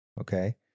Okay